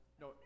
No